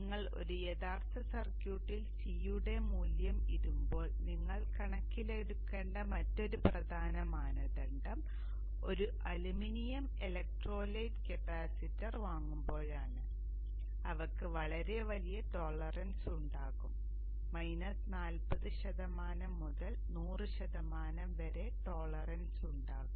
നിങ്ങൾ ഒരു യഥാർത്ഥ സർക്യൂട്ടിൽ C യുടെ മൂല്യം ഇടുമ്പോൾ നിങ്ങൾ കണക്കിലെടുക്കേണ്ട മറ്റൊരു പ്രധാന മാനദണ്ഡം ഒരു അലുമിനിയം ഇലക്ട്രോലൈറ്റ് കപ്പാസിറ്റർ വാങ്ങുമ്പോഴാണ് അവക്ക് വളരെ വലിയ ടോളറൻസ് ഉണ്ടാകും മൈനസ് നാൽപ്പത് ശതമാനം മുതൽ നൂറ് ശതമാനം വരെ ടോളറൻസ് ഉണ്ടാകും